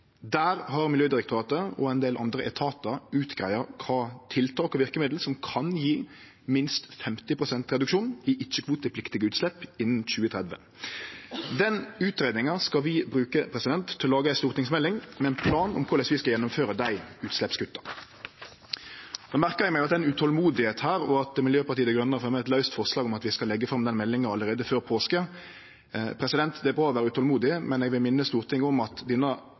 Der har Miljødirektoratet og ein del andre etatar greidd ut kva tiltak og verkemiddel som kan gje minst 50 pst. reduksjon i ikkje-kvotepliktige utslepp innan 2030. Den utgreiinga skal vi bruke til å lage ei stortingsmelding med ein plan for korleis vi skal gjennomføre dei utsleppskutta. Eg merkar meg at ein er utolmodig her, og at Miljøpartiet Dei Grøne har fremja eit forslag om at vi skal leggje fram den meldinga allereie før påske. Det er bra å vere utolmodig, men eg vil minne Stortinget om at denne